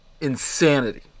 insanity